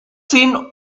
seen